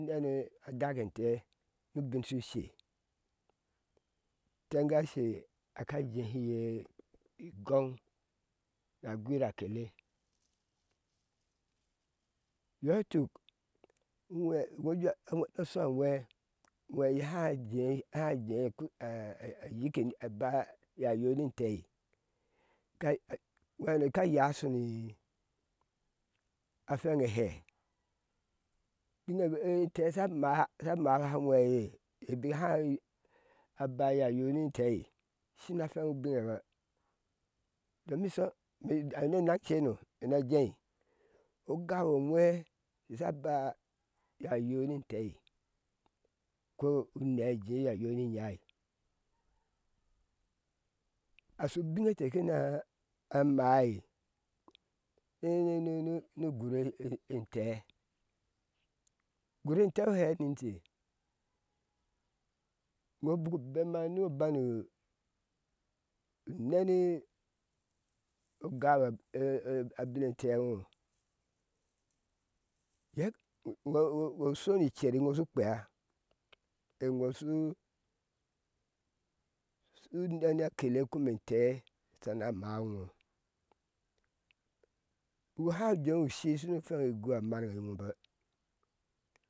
Unɛne odak entéé ude shu she ileŋgashe aka jehi iye igɔŋ na agwira a kele iyo ituk uwhe iŋo ujee ni osho a whèè uwhenye aháá jeu a haa jei yike a a ba aye ayoa ni intei ka uweheneno ka yáá a a fweŋ ehéé ubine entee sha maha a hɛye ibik haa a ba ayaayo ni intei shina fweŋ ubiŋe ba domi sholo inda ne eneŋ comno ena ji agau owhe shaba a yoayo ni itei ko une ajee a yoayo ni inyai asshu ubiŋe intee kena a mdi ni nunu ugur entee ugur entee uhewin n te iŋo bik ubema nu banu uneni ogau abine ete ŋo ya ŋo ŋo shonu icer eŋo shu kpea eŋo shuu unene akele kome entè sha mawi ino ubak haa uje ŋo shii ushini fweŋ igui amarŋe ŋo ba